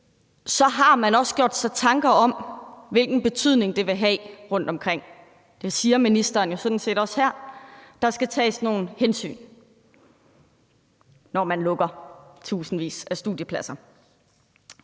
så har man også gjort sig tanker om, hvilken betydning det vil have rundtomkring. Det siger ministeren jo sådan set også her: Der skal tages nogle hensyn, når man lukker tusindvis af studiepladser.